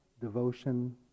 devotion